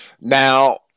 Now